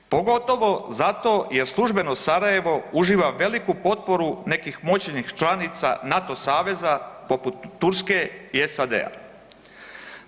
Pogotovo zato jer službeno Sarajevo uživa veliku potporu nekih moćnih članica NATO saveza poput Turske i SAD-a.